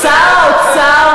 וזה צעדי